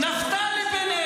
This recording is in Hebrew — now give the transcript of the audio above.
נפתלי בנט,